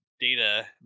data